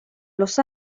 los